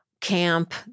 camp